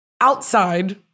outside